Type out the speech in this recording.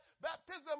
baptism